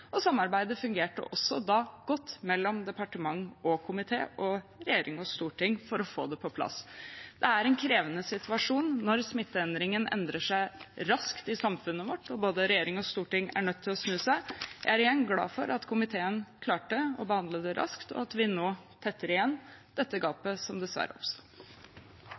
og samarbeidet fungerte også da godt mellom departement og komité og regjering og storting for å få det på plass. Det er en krevende situasjon når smitteendringen skjer raskt i samfunnet og både regjering og storting er nødt til å snu seg rundt. Jeg er igjen glad for at komiteen klarte å behandle dette raskt, og at vi nå tetter igjen det gapet som dessverre